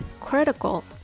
critical